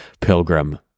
pilgrim